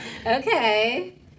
okay